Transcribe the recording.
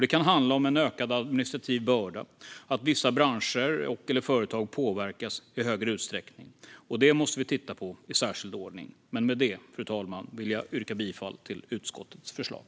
Det kan handla om en ökad administrativ börda och att vissa branscher och företag påverkas i större utsträckning. Det måste vi titta på i särskild ordning. Fru talman! Med detta yrkar jag bifall till utskottets förslag.